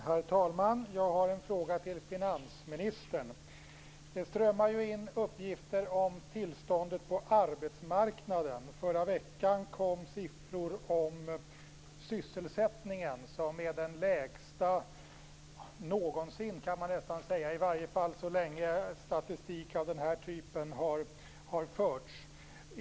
Herr talman! Jag har en fråga till finansministern. Det strömmar ju in uppgifter om tillståndet på arbetsmarknaden. Förra veckan kom siffror om sysselsättningen, som är den lägsta någonsin kan man nästan säga. Den är åtminstone den lägsta sedan statistik av den här typen började föras.